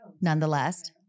nonetheless